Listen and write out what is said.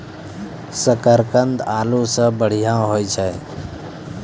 शकरकंद आलू सें बढ़िया होय छै